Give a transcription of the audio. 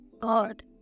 God